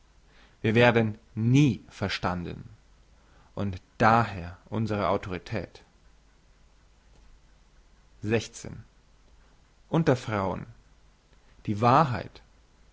wir werden nie verstanden und daher unsre autorität unter frauen die wahrheit